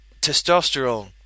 Testosterone